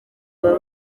aba